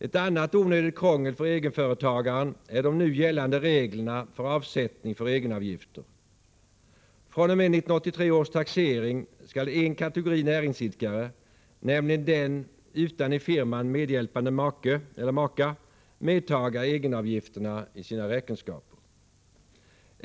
Ett annat onödigt krångel för egenföretagaren innebär de nu gällande reglerna om avsättning för egenavgifter. fr.o.m. 1983 års taxering skall en kategori näringsidkare, nämligen den utan i firman medhjälpande make eller maka, medta egenavgifterna i sina räkenskaper.